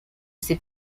ses